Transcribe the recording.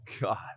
God